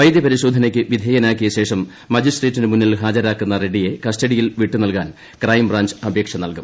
വൈദ്യ പരിശോധനയ്ക്ക് വിധേയനാക്കിയ ശേഷം മജിസ്ട്രേറ്റിനു മുന്നിൽ ഹാജരാക്കുന്ന റെഡ്ഡിയെ കസ്റ്റഡിയിൽ വിട്ടുനൽകാൻ ക്രൈംബ്രാഞ്ച് അപേക്ഷ നൽകും